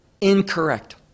incorrect